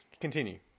continue